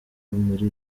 muri